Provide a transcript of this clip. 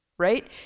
right